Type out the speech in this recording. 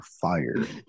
fired